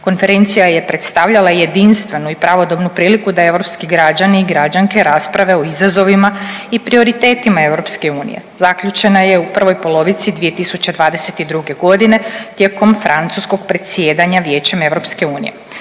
Konferencija je predstavljala i jedinstvenu i pravodobnu priliku da europski građani i građanke rasprave o izazovima i prioritetima EU. Zaključena je u prvoj polovici 2022. g. tijekom francuskog predsjedanja Vijećem EU.